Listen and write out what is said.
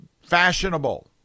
fashionable